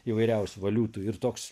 įvairiausių valiutų ir toks